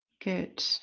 Good